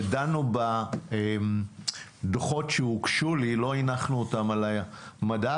ודנו בדוחות שהוגשו לי, לא הנחנו אותם על המדף,